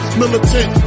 militant